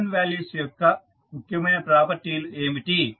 eigen values యొక్క ముఖ్యమైన property లు ఏమిటి